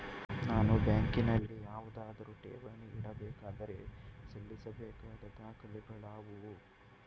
ನಾನು ಬ್ಯಾಂಕಿನಲ್ಲಿ ಯಾವುದಾದರು ಠೇವಣಿ ಇಡಬೇಕಾದರೆ ಸಲ್ಲಿಸಬೇಕಾದ ದಾಖಲೆಗಳಾವವು?